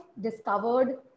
discovered